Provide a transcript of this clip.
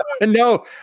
No